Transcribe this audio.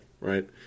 right